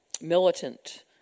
militant